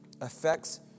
affects